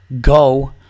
go